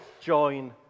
join